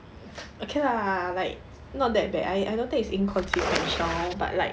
okay lah like not that bad I I don't think is inconsequential but like